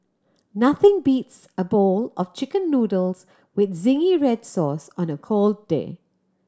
nothing beats a bowl of Chicken Noodles with zingy red sauce on a cold day